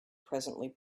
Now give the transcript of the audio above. presently